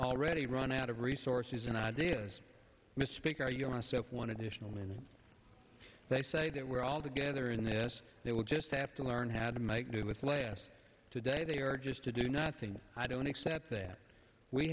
already run out of resources and ideas misspeak are you want to say one additional minute they say that we're all together in this they will just have to learn how to make do with less today they are just to do nothing i don't except that we